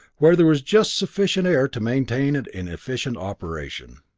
where there was just sufficient air to maintain it in efficient operation.